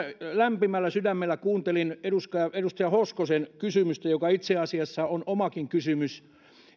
lämpimällä sydämellä kuuntelin edustaja edustaja hoskosen kysymystä joka itse asiassa on omakin kysymykseni